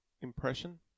impression